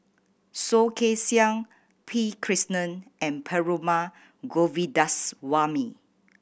Soh Kay Siang P Krishnan and Perumal Govindaswamy